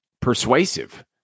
persuasive